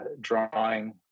drawing